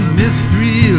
mystery